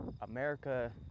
America